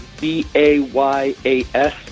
B-A-Y-A-S